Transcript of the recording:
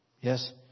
Yes